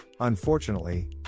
Unfortunately